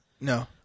No